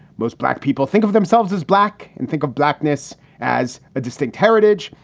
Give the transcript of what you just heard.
most black people think of themselves as black and think of blackness as a distinct heritage.